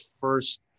first